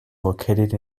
located